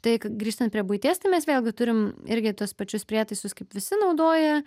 tai k grįžtant prie buities tai mes vėlgi turim irgi tuos pačius prietaisus kaip visi naudoja